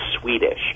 Swedish